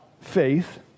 faith